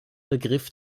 begriff